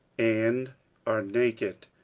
and are naked,